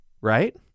right